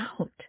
out